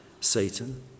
Satan